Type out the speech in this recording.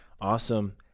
Awesome